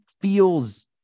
feels